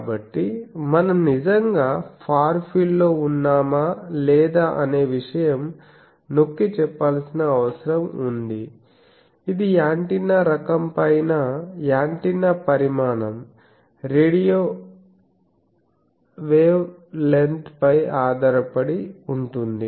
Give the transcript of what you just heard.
కాబట్టి మనం నిజంగా ఫార్ ఫీల్డ్ లో ఉన్నామా లేదా అనే విషయం నొక్కి చెప్పాల్సిన అవసరం ఉంది ఇది యాంటెన్నా రకం పైన యాంటెన్నా పరిమాణం రేడియేషాన వేవ్ లెంగ్త్ పై ఆధారపడి ఉంటుంది